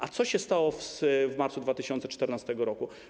A co się stało w marcu 2014 r.